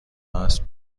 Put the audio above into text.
است